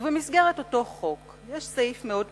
ובמסגרת אותו חוק יש סעיף מאוד פשוט,